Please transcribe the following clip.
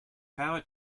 power